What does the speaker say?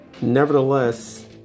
Nevertheless